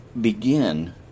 begin